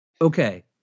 Okay